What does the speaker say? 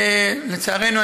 לצערנו,